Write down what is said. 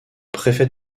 préfet